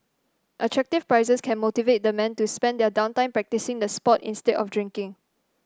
attractive prizes can motivate the men to spend their down time practising the sport instead of drinking